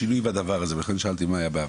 בדבר הזה, ולכן שאלתי מה היה בעבר.